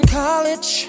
college